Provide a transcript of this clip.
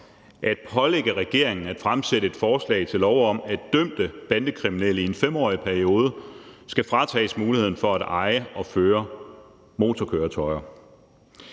at pålægge regeringen at fremsætte et forslag til lov om, at dømte bandekriminelle i en 5-årig periode skal fratages muligheden for at eje og føre motorkøretøjer.